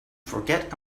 forget